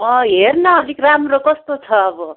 अँ हेर न अलिक राम्रो कस्तो छ अब